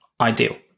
ideal